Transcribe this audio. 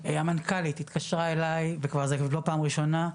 המנכ"לית התקשרה אליי וכבר זה לא פעם ראשונה,